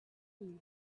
queue